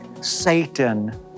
Satan